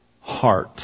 heart